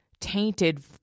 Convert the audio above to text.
tainted